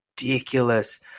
ridiculous